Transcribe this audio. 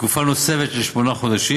לתקופה נוספת של שמונה חודשים,